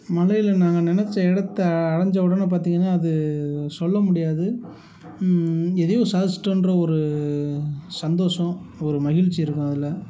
மலையில் நாங்கள் நெனைச்ச இடத்த அடைஞ்ச உடனே பார்த்தீங்கன்னா அது சொல்ல முடியாது எதையோ சாதிச்சிட்டோன்ற ஒரு சந்தோஷம் ஒரு மகிழ்ச்சி இருக்கும் அதில்